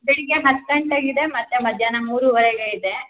ಬೆಳಿಗ್ಗೆ ಹತ್ತು ಗಂಟೆಗೆ ಇದೆ ಮತ್ತು ಮಧ್ಯಾಹ್ನ ಮೂರುವರೆಗೆ ಇದೆ